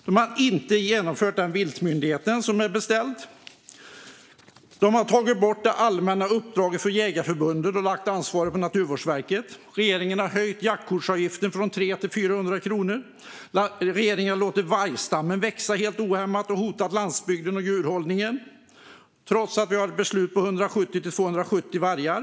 Man har inte infört den viltmyndighet som beställts, man har tagit bort det allmänna uppdraget för Jägareförbundet och lagt ansvaret på Naturvårdsverket och man har höjt jaktkortsavgiften från 300 till 400 kronor. Regeringen har vidare låtit vargstammen växa ohämmat, vilket hotar landsbygden och djurhållningen - detta trots att vi har ett beslut om 170-270 vargar.